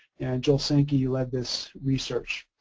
and joel sankey lead this research.